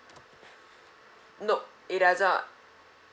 no it does not